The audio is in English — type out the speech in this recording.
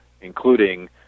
including